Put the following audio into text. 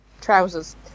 trousers